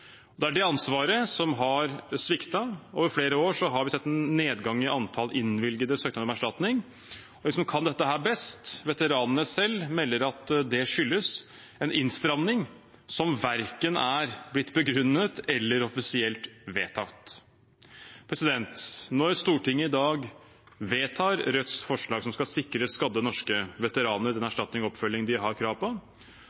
Det er det ansvaret som har sviktet. Over flere år har vi sett en nedgang i antall innvilgede søknader om erstatning. De som kan dette best, veteranene selv, melder at det skyldes en innstramning som verken er blitt begrunnet eller offisielt vedtatt. Når Stortinget i dag vedtar Rødts forslag som skal sikre skadde norske veteraner den